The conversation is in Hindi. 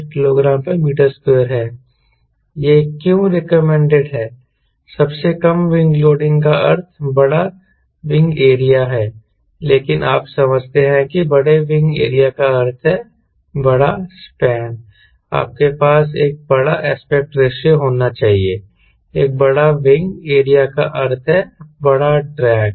यह क्यों रेकमेंडेड है सबसे कम विंग लोडिंग का अर्थ बड़ा विंग एरिया है लेकिन आप समझते हैं कि बड़े विंग एरिया का अर्थ है बड़ा स्पैन आपके पास एक बड़ा एस्पेक्ट रेशों होना चाहिए एक बड़ा विंग एरिया का अर्थ है बड़ा ड्रैग